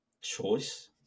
Choice